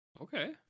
Okay